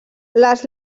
les